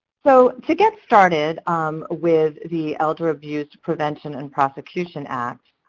so to get started um with the elder abuse prevention and prosecution act,